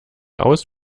aus